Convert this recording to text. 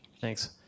Thanks